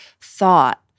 thought